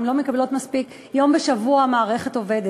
הן לא מקבלות מספיק, יום בשבוע המערכת עובדת.